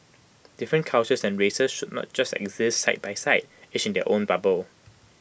different cultures and races should not just exist side by side each in their own bubble